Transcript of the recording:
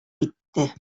китте